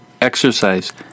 exercise